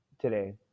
today